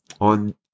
on